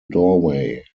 doorway